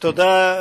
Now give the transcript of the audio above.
תודה.